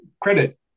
credit